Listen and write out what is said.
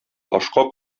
ташка